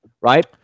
right